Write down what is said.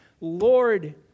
Lord